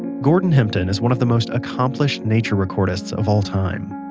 gordon hempton is one of the most accomplished nature-recordists of all time.